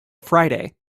friday